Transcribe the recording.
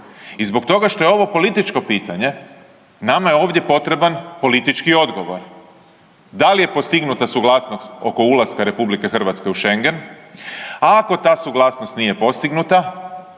I zbog toga što je ovo političko pitanje nama je ovdje potreban politički odgovor. Da li je postignuta suglasnost oko ulaska RH u Šengen, a kao ta suglasnost nije postignuta